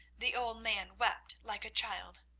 the old man wept like a child.